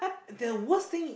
the worst thing